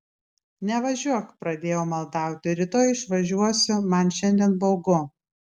nevažiuok pradėjau maldauti rytoj išvažiuosi man šiandien baugu